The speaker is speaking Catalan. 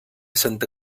santa